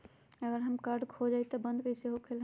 अगर हमर कार्ड खो जाई त इ कईसे बंद होकेला?